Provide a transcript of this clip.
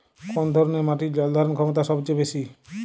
কোন ধরণের মাটির জল ধারণ ক্ষমতা সবচেয়ে বেশি?